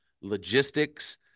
logistics